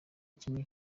kimwe